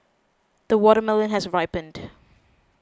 the watermelon has ripened